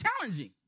challenging